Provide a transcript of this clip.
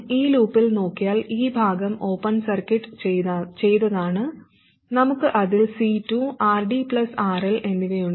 ഈ ലൂപ്പിൽ നോക്കിയാൽ ഈ ഭാഗം ഓപ്പൺ സർക്യൂട്ട് ചെയ്തതാണ് നമുക്ക് അതിൽ C2 RD RL എന്നിവയുണ്ട്